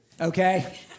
okay